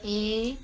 A